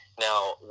Now